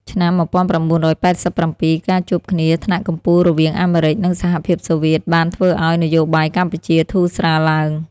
ឆ្នាំ ១៩៨៧ ការជួបគ្នាថ្នាក់កំពូលរវាង អាមេរិច និងសហភាពសូវៀតបានធ្វើឲ្យ នយោបាយកម្ពុជាធូរស្រាលឡើង។